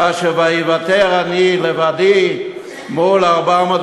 כאשר: ואיוותר אני לבדי מול ארבע מאות